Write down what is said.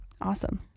awesome